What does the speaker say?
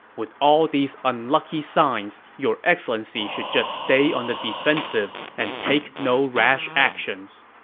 with all these unlucky signs, your excellency should just stay on the defensive and take no rash actions.